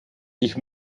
ich